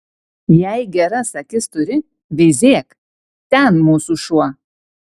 jei geras akis turi veizėk ten mūsų šuo